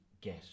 get